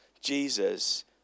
Jesus